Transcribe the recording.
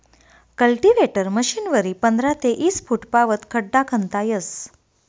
cultivator मशीनवरी पंधरा ते ईस फुटपावत खड्डा खणता येस